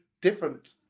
different